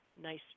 Nice